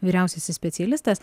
vyriausiasis specialistas